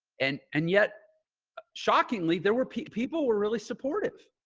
and and yet shockingly, there were people were really supportive,